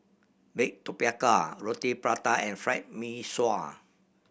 bake tapioca Roti Prata and Fried Mee Sua